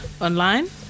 online